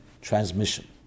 transmission